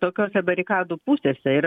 tokiose barikadų pusėse ir